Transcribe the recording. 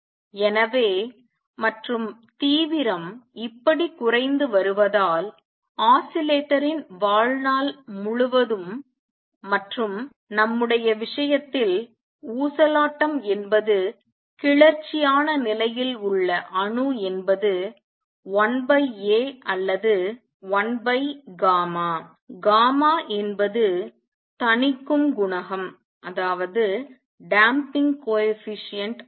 எனவே மற்றும் தீவிரம் இப்படி குறைந்து வருவதால் ஆஸிலேட்டரின் வாழ்நாள் மற்றும் நம்முடைய விஷயத்தில் ஊசலாட்டம் என்பது கிளர்ச்சியான நிலையில் உள்ள அணு என்பது 1A அல்லது 1γ என்பது தணிக்கும் குணகம் தடை குணகம் ஆகும்